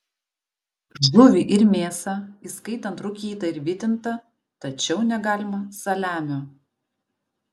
žuvį ir mėsą įskaitant rūkytą ir vytintą tačiau negalima saliamio